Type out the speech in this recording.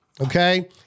okay